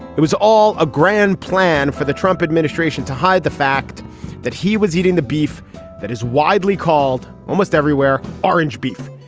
it was all a grand plan for the trump administration to hide the fact that he was eating the beef that is widely called almost everywhere orange beef.